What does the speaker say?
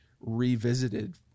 revisited